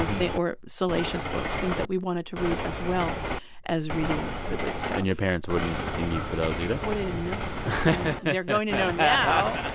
or salacious books, things that we wanted to read as well as reading the good stuff and your parents wouldn't ding you for those either? well, they didn't know they're going to know now.